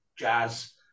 Jazz